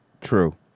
True